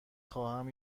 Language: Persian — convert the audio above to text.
خواهم